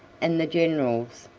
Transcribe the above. and the generals,